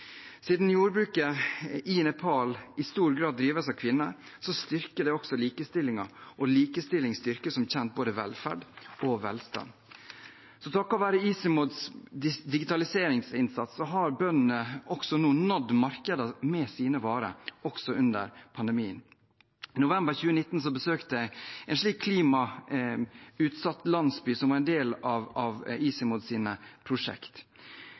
Siden jordbruket i Nepal i stor grad drives av kvinner, styrker det også likestillingen, og likestilling styrker som kjent både velferd og velstand. Takket være ICIMODs digitaliseringsinnsats har bøndene nådd markedene med sine varer også under pandemien. I november 2019 besøkte jeg en klimautsatt landsby som en del av ICIMODs prosjekter. Ut med helseskadelige kjemikalier, inn med mer naturbaserte løsninger: oppsamling av